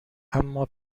اما